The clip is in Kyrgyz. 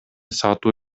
сатуу